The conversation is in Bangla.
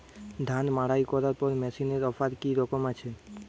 ধান মাড়াই করার মেশিনের অফার কী রকম আছে?